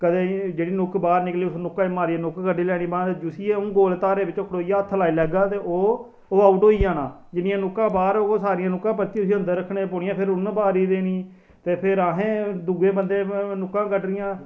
कदें जेहड़ी नुक्क बाहर निकली उस नुक्का गी मारियै नुक्क कड्ढी लैनी अगर गोल धारे च खडोइयै हत्थ लाई लेगा ते ओह् आउट होई जाना जिन्नियां नुक्कां बाहर होग ओह् सारियां नुक्कां परतियै ओहदे अंदर रक्खनी पौनियां फिर उनें बारी देनी फिर असें दोऐ बंदे नुक्कां कड्ढनियां